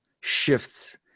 shifts